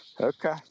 Okay